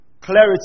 Clarity